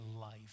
life